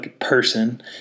person